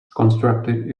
constructed